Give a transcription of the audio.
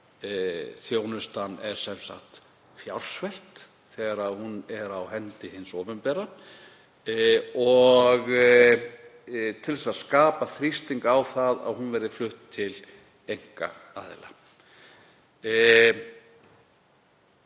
Þjónustan er sem sagt fjársvelt þegar hún er á hendi hins opinbera til að skapa þrýsting á að hún verði flutt til einkaaðila.